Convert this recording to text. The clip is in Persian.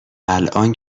الان